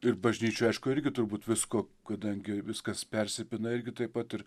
ir bažnyčioj aišku irgi turbūt visko kadangi viskas persipina irgi taip pat ir